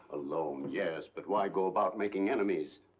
alone, yes, but why go about making enemies?